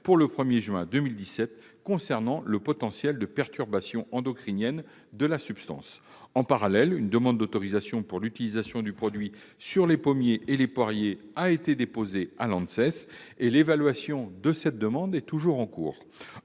avant le 1 juin 2017 concernant le potentiel de perturbation endocrinienne de la substance. En parallèle, une demande d'autorisation pour l'utilisation du produit sur les pommiers et les poiriers a été déposée à l'ANSES, l'Agence nationale de sécurité